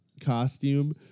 costume